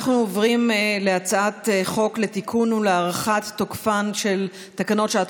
אנחנו עוברים להצעת חוק לתיקון ולהארכת תוקפן של תקנות שעת